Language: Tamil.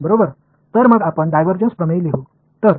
எனவே டைவர்ஜன்ஸ் தேற்றத்தை எழுதுவோம்